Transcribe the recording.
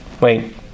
wait